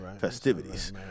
festivities